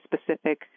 specific